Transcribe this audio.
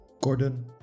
Gordon